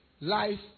life